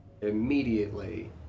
immediately